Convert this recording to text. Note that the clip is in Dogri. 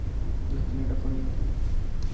नच्चने टप्पने गी